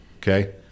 okay